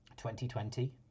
2020